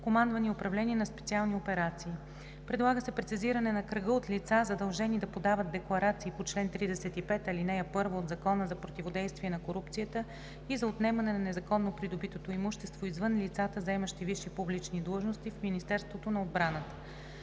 командване и управление на специални операции. Предлага се прецизиране на кръга от лица, задължени да подават декларации по чл. 35, aл. 1 от Закона за противодействие на корупцията и за отнемане на незаконно придобитото имущество, извън лицата, заемащи висши публични длъжности в Министерството на отбраната.